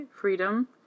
freedom